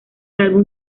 álbum